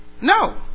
No